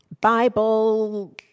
Bible